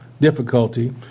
difficulty